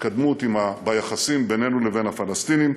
התקדמות ביחסים בינינו לבין הפלסטינים,